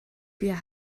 wir